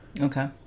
okay